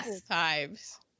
Times